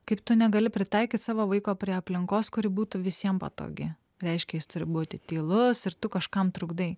kaip tu negali pritaikyt savo vaiko prie aplinkos kuri būtų visiem patogi reiškia jis turi būti tylus ir tu kažkam trukdai